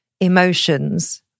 emotions